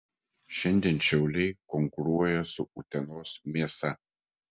šiandien šiauliai konkuruoja su utenos mėsa